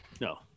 No